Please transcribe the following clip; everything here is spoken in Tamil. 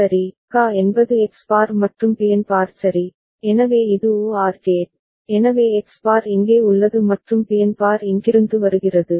KA என்பது எக்ஸ் பார் மற்றும் பிஎன் பார் சரி எனவே இது OR கேட் எனவே எக்ஸ் பார் இங்கே உள்ளது மற்றும் பிஎன் பார் இங்கிருந்து வருகிறது